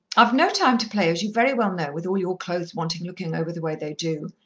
i've no time to play, as you very well know, with all your clothes wanting looking over the way they do,